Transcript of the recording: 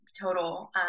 total